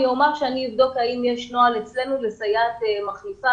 אבדוק האם יש נוהל אצלנו לסייעת מחליפה